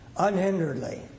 unhinderedly